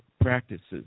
practices